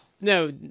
No